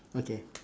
okay